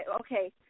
okay